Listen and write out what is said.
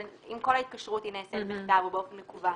עם כל ההתקשרות שלה שנעשית בכתב ובאופן מקוון,